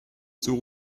zur